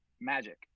Magic